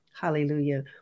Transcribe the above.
Hallelujah